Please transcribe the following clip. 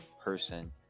person